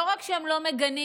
לא רק שהם לא מגנים,